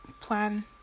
plan